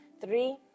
Three